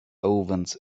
ovens